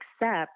accept